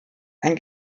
ein